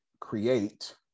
create